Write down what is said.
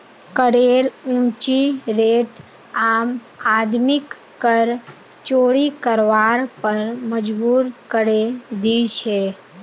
करेर ऊँची रेट आम आदमीक कर चोरी करवार पर मजबूर करे दी छे